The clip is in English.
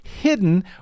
hidden